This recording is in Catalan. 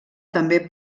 també